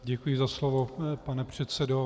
Děkuji za slovo, pane předsedo.